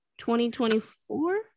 2024